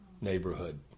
neighborhood